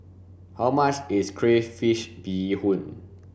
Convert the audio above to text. how much is crayfish beehoon